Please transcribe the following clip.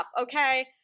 okay